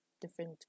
different